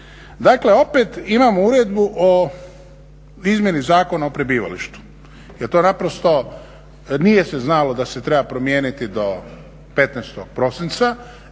Dakle opet imamo Uredbu o izmjeni Zakona o prebivalištu. Jer to naprosto nije se znalo da se treba promijeniti do 15. prosinca